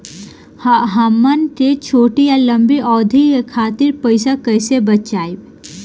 हमन के छोटी या लंबी अवधि के खातिर पैसा कैसे बचाइब?